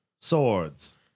Swords